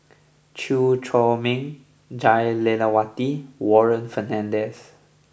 Chew Chor Meng Jah Lelawati Warren Fernandez